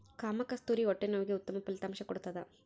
ಕಾಮಕಸ್ತೂರಿ ಹೊಟ್ಟೆ ನೋವಿಗೆ ಉತ್ತಮ ಫಲಿತಾಂಶ ಕೊಡ್ತಾದ